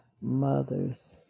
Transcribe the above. mothers